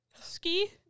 Ski